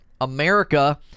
America